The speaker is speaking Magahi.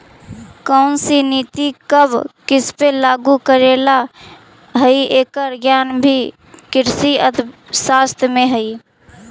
कौनसी नीति कब किसपे लागू करे ला हई, एकर ज्ञान भी कृषि अर्थशास्त्र में हई